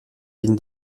vide